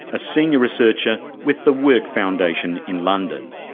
a senior researcher with the work foundation in london.